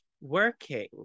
working